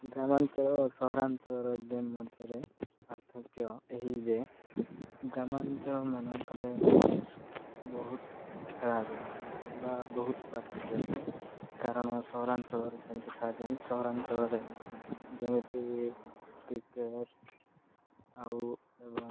ଗ୍ରାମାଞ୍ଚଳ ସହରାଞ୍ଚଳର ଗେମ୍ ମଧ୍ୟରେ ପାର୍ଥକ୍ୟ ଏହି ଯେ ଗ୍ରାମାଞ୍ଚଳ ମାନଙ୍କରେ ବହୁତ ଖେଳାଯାଏ ବା ବହୁତ ପାର୍ଥକ୍ୟ ଅଛି କାରଣ ସହରାଞ୍ଚଳରେ ସେମିତି ଖେଳା ଯାଏନି ସହରାଞ୍ଚଳରେ ଯେମିତି କ୍ରିକେଟ୍ ଆଉ ଏବଂ